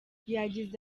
yagize